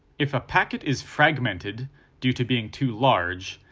if a packet is fragmented due to being too large,